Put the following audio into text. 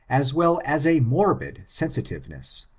as well as a morbid sensitiveness,